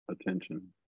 attention